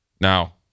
Now